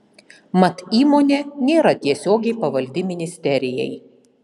mat įmonė nėra tiesiogiai pavaldi ministerijai